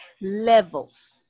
levels